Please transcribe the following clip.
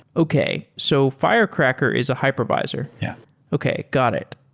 okay. so firecracker is a hypervisor yeah okay. got it.